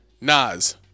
Nas